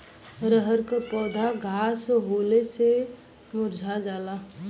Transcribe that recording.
रहर क पौधा घास होले से मूरझा जाला